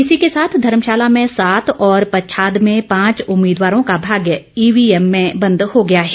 इसी के साथ धर्मशाला में सात और पच्छाद में पांच उम्मीदवारों का भाग्य ईवीएम में बंद हो गया है